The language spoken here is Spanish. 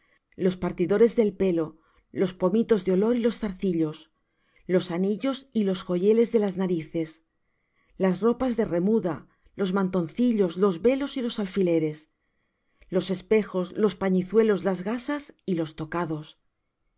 los partidores del pelo los pomitos de olor y los zarcillos los anillos y los joyeles de las narices las ropas de remuda los mantoncillos los velos y los alfileres los espejos los pañizuelos las gasas y los tocados